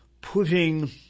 putting